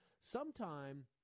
Sometime